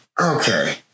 Okay